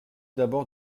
d’abord